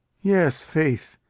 yes, faith.